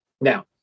now